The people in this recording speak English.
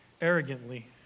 arrogantly